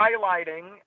highlighting